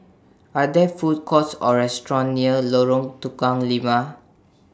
Are There Food Courts Or restaurants near Lorong Tukang Lima